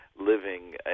living